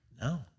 no